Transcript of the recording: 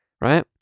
right